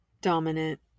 dominant